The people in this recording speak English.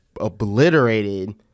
obliterated